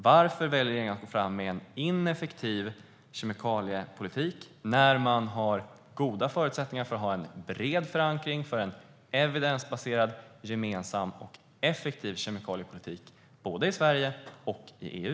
Varför väljer regeringen att gå fram med en ineffektiv kemikaliepolitik när man har goda förutsättningar för att ha en bred förankring för en evidensbaserad, gemensam och effektiv kemikaliepolitik, både i Sverige och i EU?